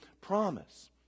promise